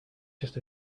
just